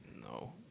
No